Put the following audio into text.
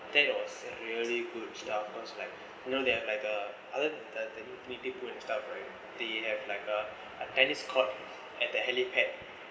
that it was really good stuff cause like you know they have like a other than utility pool and stuff right they have like a a tennis court and the helipad